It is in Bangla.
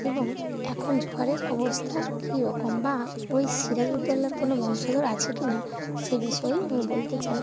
এবং এখন জোহরার অবস্থা কী রকম বা ওই সিরাজ উদ্দৌলার কোনো বংশধর আছে কি না সে বিষয়েই আমি বলতে চাই